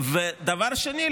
דבר שני,